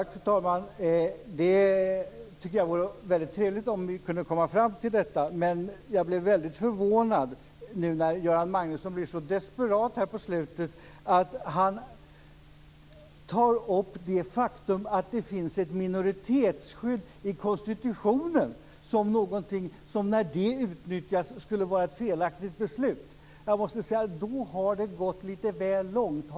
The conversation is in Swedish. Fru talman! Jag tycker att det vore mycket trevligt om vi kunde komma fram till detta. Men jag blev väldigt förvånad att Göran Magnusson blev så desperat här på slutet att han tar upp det faktum att det finns ett minoritetsskydd i konstitutionen och säger att det skulle vara ett felaktigt beslut när det utnyttjas. Då har det gått lite väl långt.